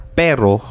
pero